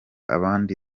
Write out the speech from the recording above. abandi